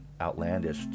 outlandish